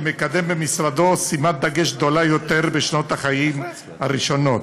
שמקדם במשרדו שימת דגש גדולה יותר בשנות החיים הראשונות.